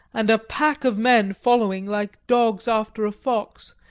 and a pack of men following like dogs after a fox,